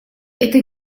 это